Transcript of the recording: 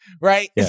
Right